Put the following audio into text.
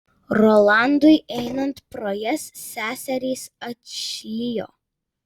rolandui einant pro jas seserys atšlijo